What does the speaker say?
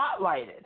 spotlighted